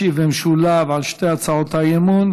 ישיב במשולב על שתי הצעות האי-אמון